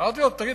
ואמרתי לו: תגיד,